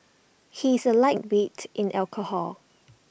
he is A lightweight in alcohol